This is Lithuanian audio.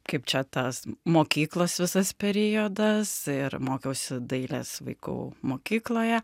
kaip čia tas mokyklos visas periodas ir mokiausi dailės vaikų mokykloje